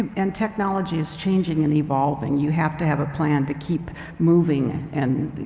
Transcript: and technology is changing and evolving. you have to have a plan to keep moving and